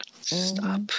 Stop